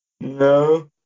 No